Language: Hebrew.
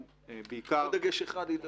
עוד דגש אחד, איתמר.